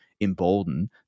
embolden